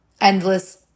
endless